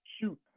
Shoot